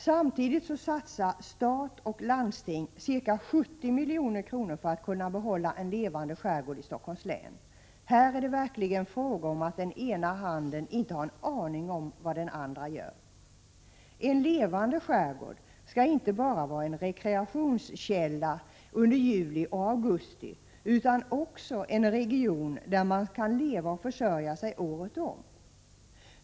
Samtidigt satsar stat och landsting ca 70 milj.kr. för att kunna behålla en levande skärgård i Stockholms län. Här är det verkligen fråga om att den ena handen inte har en aning om vad den andra gör. En levande skärgård skall inte bara vara en rekreationskälla under juli och augusti utan också en region där man kan leva och försörja sig året om.